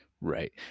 Right